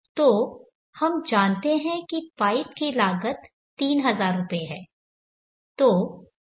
तो हम जानते हैं कि पाइप की लागत 3000 रुपये है